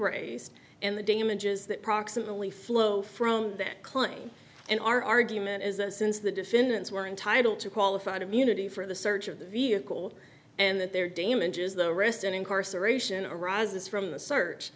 raised and the damages that proximately flow from that claim in our argument is a since the defendants were entitled to qualified immunity for the search of the vehicle and that their damages the arrest and incarceration arises from the search